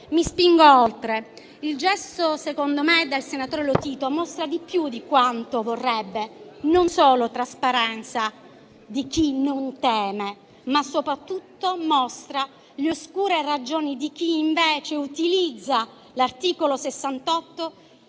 Mi spingo oltre. Secondo me, il gesto del senatore Lotito mostra più di quanto vorrebbe: non solo trasparenza di chi non teme, ma soprattutto le oscure ragioni di chi invece utilizza l'articolo 68